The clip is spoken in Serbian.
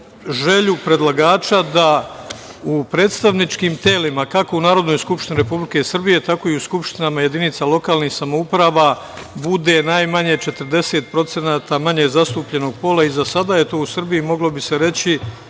želju predlagača da u predstavničkim telima, kako u Narodnoj skupštini Republike Srbije, tako i u skupštinama jedinica lokalnih samouprava bude najmanje 40% manje zastupljenog pola. Za sada je to u Srbiji, moglo bi se reći,